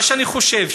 מה שאני חושב,